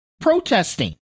protesting